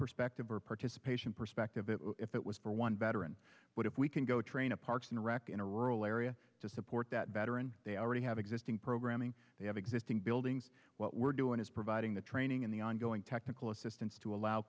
perspective or participation perspective it if it was for one veteran what if we can go train a parks and rec in a rural area to support that better and they already have existing programming they have existing buildings what we're doing is providing the training and the ongoing technical assistance to allow